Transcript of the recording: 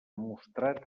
mostrat